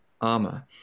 armor